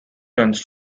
runs